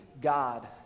God